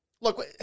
look